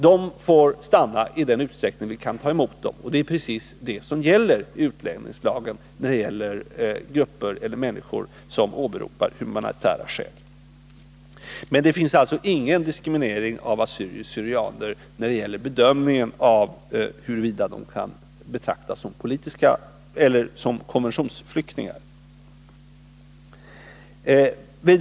De får stanna i den utsträckning som vi kan ta emot dem. Det är precis det som står i utlänningslagen när det gäller grupper eller människor som åberopar humanitära skäl. Det finns således ingen diskriminering av assyrier/syrianer när det gäller bedömningen av huruvida de kan betraktas som konventionsflyktingar.